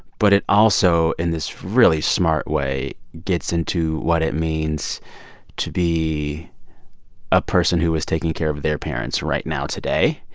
but it also, in this really smart way, gets into what it means to be a person who is taking care of of their parents right now today.